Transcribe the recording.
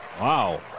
Wow